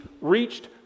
reached